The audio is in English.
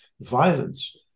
violence